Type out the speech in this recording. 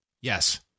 Yes